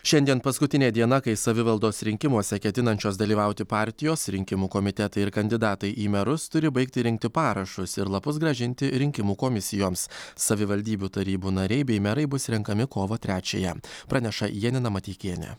šiandien paskutinė diena kai savivaldos rinkimuose ketinančios dalyvauti partijos rinkimų komitetai ir kandidatai į merus turi baigti rinkti parašus ir lapus grąžinti rinkimų komisijoms savivaldybių tarybų nariai bei merai bus renkami kovo trečiąją praneša janina mateikienė